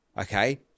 okay